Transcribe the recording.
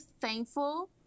thankful